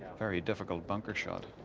very difficult bunker shot.